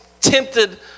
tempted